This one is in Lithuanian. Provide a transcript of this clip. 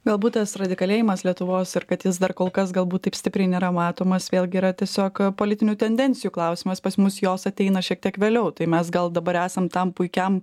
galbūt tas radikalėjimas lietuvos ir kad jis dar kol kas galbūt taip stipriai nėra matomas vėlgi yra tiesiog politinių tendencijų klausimas pas mus jos ateina šiek tiek vėliau tai mes gal dabar esam tam puikiam